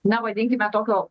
na vadinkime tokio